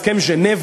הסכם ז'נבה